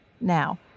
Now